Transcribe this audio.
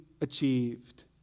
achieved